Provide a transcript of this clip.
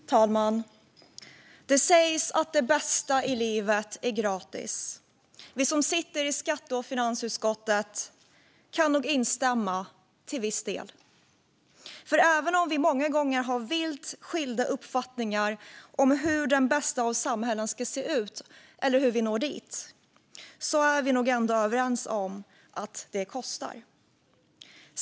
Fru talman! Det sägs att det bästa i livet är gratis. Vi som sitter i skatte eller finansutskottet kan nog instämma till viss del, för även om vi många gånger har vitt skilda uppfattningar om hur det bästa av samhällen ska se ut eller hur vi når dit är vi nog ändå överens om att det kostar.